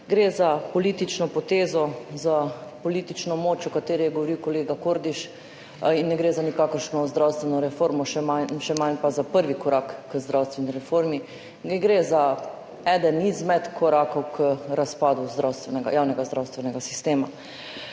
Gre za politično potezo, za politično moč, o kateri je govoril kolega Kordiš, in ne gre za nikakršno zdravstveno reformo, še manj pa za prvi korak k zdravstveni reformi. Ne gre za enega izmed korakov k razpadu javnega zdravstvenega sistema.